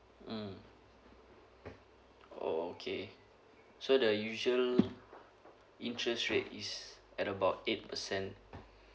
mm oh okay so the usual interest rate is at about eight percent